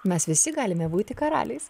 mes visi galime būti karaliais